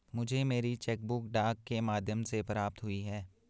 मुझे मेरी cheque book डाक के माध्यम से प्राप्त हुई है